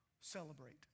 celebrate